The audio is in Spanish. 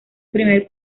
primer